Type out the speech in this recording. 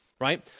Right